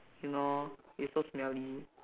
you know you so smelly